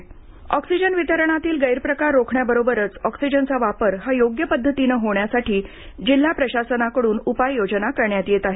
oxygen oxygen वितरणातील गैरप्रकार रोखण्याबरोबरच ऑक्सिजनचा वापर हा योग्य पद्धतीने होण्यासाठी जिल्हा प्रशासनाकडून उपाययोजना करण्यात येत आहेत